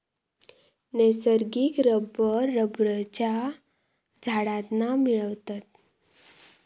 नैसर्गिक रबर रबरच्या झाडांतना मिळवतत